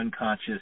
unconscious